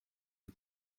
les